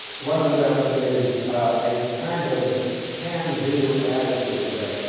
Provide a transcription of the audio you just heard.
one of them is a kind of can-do attitude that,